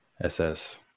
SS